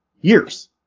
Years